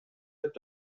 айтып